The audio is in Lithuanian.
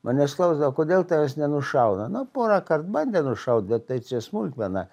manęs klausdavo kodėl tavęs nenušauna nu porą kart bandė nušaut bet tai čia smulkmena